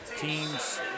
Team's